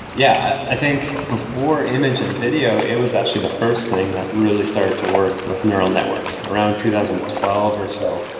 yeah. i think before image and video it was actually the first thing that really started to work with neural networks. around two thousand and twelve were so,